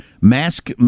mask